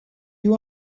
you